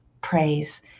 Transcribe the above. praise